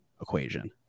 equation